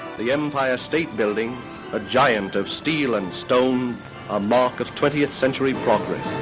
the empire state building a giant of steel and stone a mark of twentieth century progress.